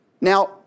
Now